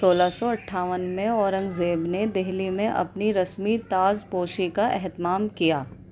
سولہ سو اٹھاون میں اورنگ زیب نے دہلی میں اپنی رسمی تاج پوشی کا اہتمام کیا